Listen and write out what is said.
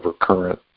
current